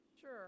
Sure